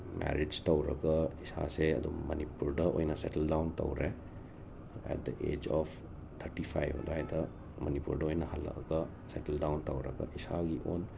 marriage ꯇꯧꯔꯒ ꯏꯁꯥꯁꯦ ꯑꯗꯨꯝ ꯃꯅꯤꯄꯨꯔꯗ ꯑꯣꯏꯅ ꯁꯦꯇꯜ ꯗꯥꯎꯟ ꯇꯧꯔꯦ at the age of thirty ꯐꯥꯏꯕ ꯑꯗꯥꯏꯗ ꯃꯅꯤꯄꯨꯔꯗ ꯑꯣꯏꯅ ꯍꯜꯂꯛꯑꯒ ꯁꯦꯇꯜ ꯗꯥꯎꯟ ꯇꯧꯔꯒ ꯏꯁꯥꯒꯤ ꯑꯣꯟ